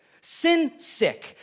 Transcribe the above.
sin-sick